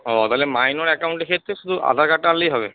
ও তাহলে মাইনর অ্যাকাউন্টের ক্ষেত্রে শুধু আধার কার্ডটা আনলেই হবে